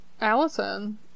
Allison